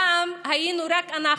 פעם היינו רק אנחנו,